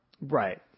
Right